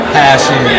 passion